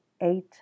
eight